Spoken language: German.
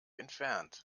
entfernt